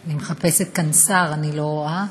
אני מחפשת כאן שר, אני לא רואה.